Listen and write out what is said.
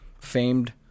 famed